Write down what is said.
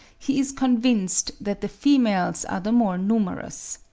he is convinced that the females are the more numerous.